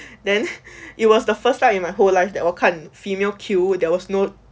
then it was the first time in my whole life that 我看 female queue there was no